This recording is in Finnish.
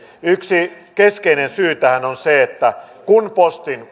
yksi keskeinen syy tähän on se että kun postin